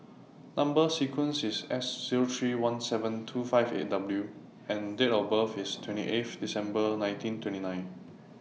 Number sequence IS S Zero three one seven two five eight W and Date of birth IS twenty eighth December nineteen twenty nine